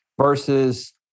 versus